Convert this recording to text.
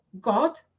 God